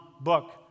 book